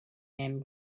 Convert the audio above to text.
and